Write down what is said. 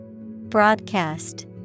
Broadcast